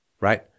right